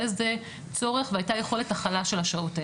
היה לזה צורך והייתה יכולת הכלה של השעות האלה.